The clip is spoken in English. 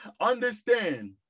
Understand